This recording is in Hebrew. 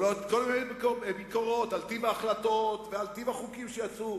יכולות להיות כל מיני ביקורות על טיב ההחלטות ועל טיב החוקים שיצאו,